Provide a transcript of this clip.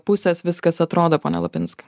pusės viskas atrodo pone lapinskai